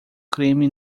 creme